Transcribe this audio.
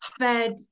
fed